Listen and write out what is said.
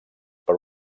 per